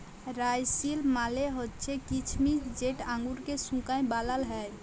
রাইসিল মালে হছে কিছমিছ যেট আঙুরকে শুঁকায় বালাল হ্যয়